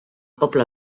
poble